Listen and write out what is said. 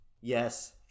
Yes